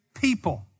people